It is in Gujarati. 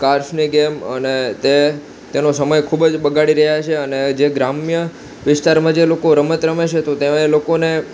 કાર્સની ગેમ અને તે તેનો સમય ખૂબ જ બગાડી રહ્યા છે અને જે ગ્રામ્ય વિસ્તારમાં જે લોકો રમત રમે છે તો તેવાં એ લોકોને